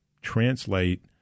translate